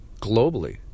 globally